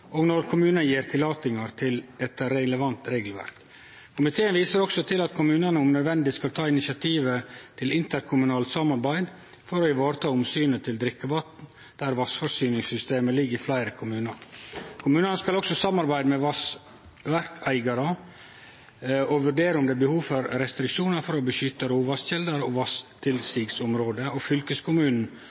og når dei gjev løyve etter relevant regelverk. Komiteen viser òg til at kommunane om nødvendig skal ta initiativ til interkommunalt samarbeid for å vareta omsynet til drikkevatn der vassforsyningssystemet ligg i fleire kommunar. Kommunane skal også samarbeide med vassverkeigarar og vurdere om det er behov for restriksjonar for å beskytte råvasskjelder og vasstilsigsområde. Fylkeskommunen